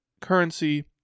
currency